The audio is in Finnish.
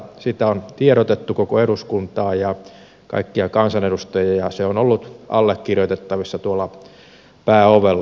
aloitteesta on tiedotettu koko eduskuntaan ja kaikille kansanedustajille ja se on ollut allekirjoitettavissa tuolla pääovella